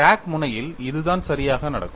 crack முனையில் இதுதான் சரியாக நடக்கும்